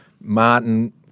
Martin